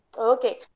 Okay